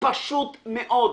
פשוט מאוד,